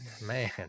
Man